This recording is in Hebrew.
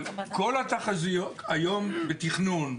אבל כל התחזיות היום בתכנון,